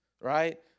right